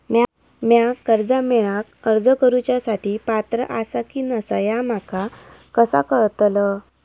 म्या कर्जा मेळाक अर्ज करुच्या साठी पात्र आसा की नसा ह्या माका कसा कळतल?